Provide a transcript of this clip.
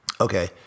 Okay